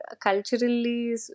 culturally